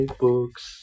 books